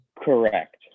Correct